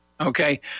Okay